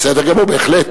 בסדר גמור, בהחלט.